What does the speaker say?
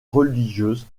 religieuse